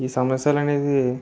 ఈ సమస్యలు అనేది